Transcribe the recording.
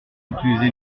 utiliser